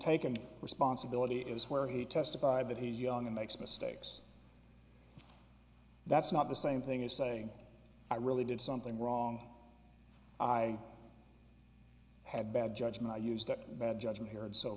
taken responsibility is where he testified that he's young and makes mistakes that's not the same thing as saying i really did something wrong i had bad judgment used up bad judgment here and so